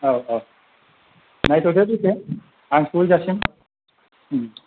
औ औ नायथदो दसे आं सहै जासिम